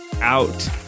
out